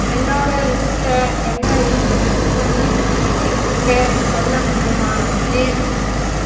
என்னோட லிஸ்ட்டில் என்ன இருக்கு இருக்குன்னு என்கிட்ட சொல்ல முடியுமா ப்ளீஸ்